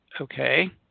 okay